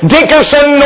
Dickerson